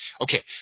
Okay